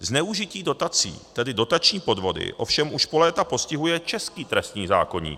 Zneužití dotací, tedy dotační podvody, ovšem už po léta postihuje český trestní zákoník.